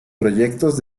proyectos